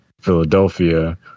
Philadelphia